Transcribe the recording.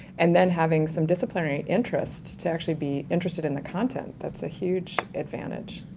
and then having some disciplinary interest to actually be interested in the content that's a huge advantage.